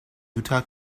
utah